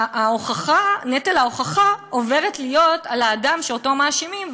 נטל ההוכחה עובר להיות על האדם שאותו מאשימים,